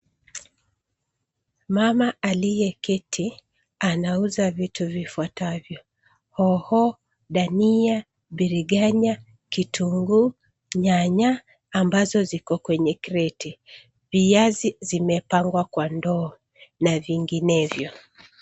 Mama aliyeketi anauza vitu vifuatavyo hoho, ndania, biriganya, kitunguu, nyanya, ambazo ziko kwenye kreti. Viazi zimepangwa kwa ndoo na vinginevyo.